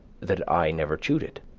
that i never chewed it,